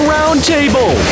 Roundtable